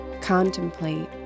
Contemplate